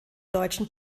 deutschen